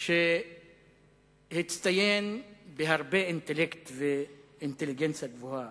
שהצטיין בהרבה אינטלקט ואינטליגנציה גבוהה,